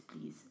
please